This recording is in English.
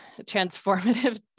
transformative